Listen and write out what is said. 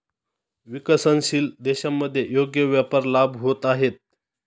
विकसनशील देशांमध्ये योग्य व्यापार लाभ होत आहेत